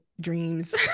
dreams